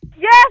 Yes